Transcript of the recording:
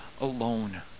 alone